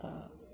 तऽ